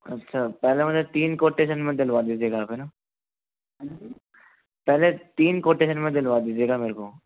अच्छा पहले मुझे तीन कोटेशन में दिलवा दीजिएगा आप है ना पहले तीन कोटेशन में दिलवा दीजिएगा मेरे को